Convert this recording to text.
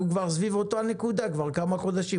אנחנו סביב אותה נקודה כבר כמה חודשים,